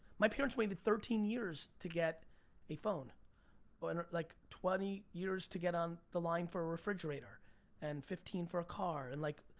my parents waited thirteen years to get a phone but and like twenty years to get the line for a refrigerator and fifteen for a car and like